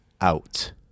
out